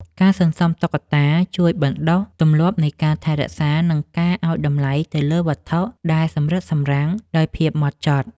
ការសន្សំតុក្កតាជួយបណ្ដុះ ទម្លាប់នៃការថែរក្សា និងការឱ្យតម្លៃទៅលើវត្ថុដែលសម្រិតសម្រាំងដោយភាពហ្មត់ចត់។